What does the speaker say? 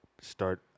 start